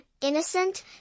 innocent